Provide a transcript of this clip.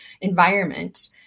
environment